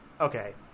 okay